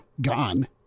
gone